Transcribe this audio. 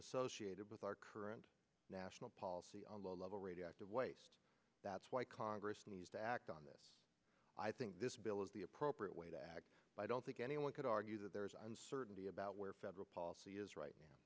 associated with our current national policy on low level radioactive waste that's why i call congress needs to act on this i think this bill is the appropriate way to act i don't think anyone could argue that there is uncertainty about where federal policy is right